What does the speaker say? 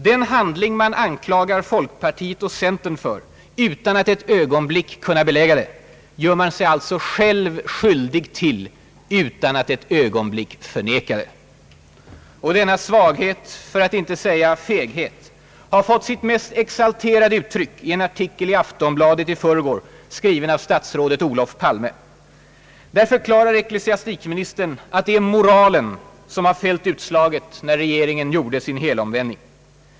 Den handling man anklagar folkpartiet och centern för — utan att ett ögonblick kunna belägga den — gör man sig alltså själv skyldig till utan att ett ögonblick förneka den. Denna svaghet, för att inte säga feghet, har fått sitt mest exalterade uttryck i en artikel i Aftonbladet i förrgår, skriven av statsrådet Olof Palme. Där förklarar ecklesiastikministern att det är »moralen» som har fällt utslaget när regeringen gjorde sin helomvändning.